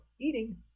eating